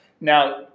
Now